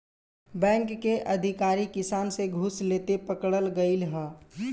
bank के अधिकारी किसान से घूस लेते पकड़ल गइल ह